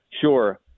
Sure